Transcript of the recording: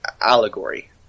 allegory